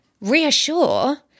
reassure